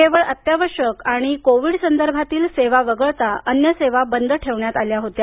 केवळ अत्यावश्यक आणि कोविड संदर्भातील सेवा वगळता अन्य सेवा बंद ठेवण्यात आल्या होत्या